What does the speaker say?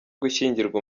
gushyingirwa